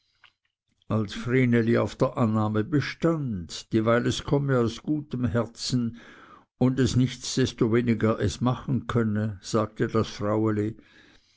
als vreneli auf der annahme bestund dieweil es komme aus gutem herzen und es nichts desto weniger es machen könne sagte das fraueli